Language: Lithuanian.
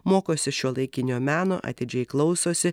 mokosi šiuolaikinio meno atidžiai klausosi